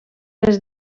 les